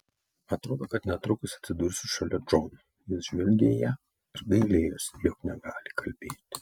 atrodo kad netrukus atsidursiu šalia džono jis žvelgė į ją ir gailėjosi jog negali kalbėti